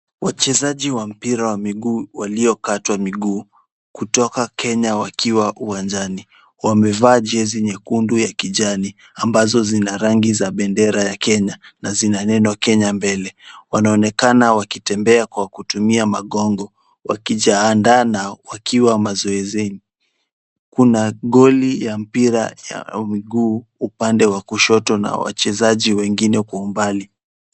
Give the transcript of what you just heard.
Wachezaji wa mpira wa miguu waliokatwa miguu kutoka Kenya wakiwa uwanjani wamevaa jezi nyekundu ya kijani ambazo zina rangi za bendera ya Kenya na zina neno Kenya mbele. Wanaonekana wakitembea kwa kutumia magongo wakijiandaa na wakiwa mazoezini. Kuna goli ya mpira ya miguu upande wa kushoto na wachezaji wengine kwa umbali.